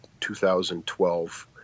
2012